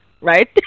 right